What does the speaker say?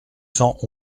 cent